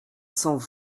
sans